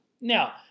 Now